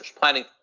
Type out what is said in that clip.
...planning